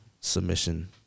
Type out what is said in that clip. submission